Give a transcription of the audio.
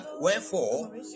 wherefore